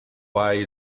pie